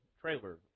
trailer